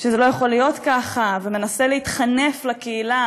יכול להיות ככה, ומנסה להתחנף לקהילה